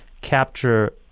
capture